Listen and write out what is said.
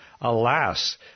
Alas